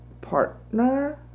partner